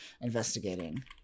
investigating